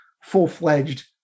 full-fledged